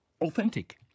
authentic